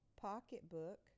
pocketbook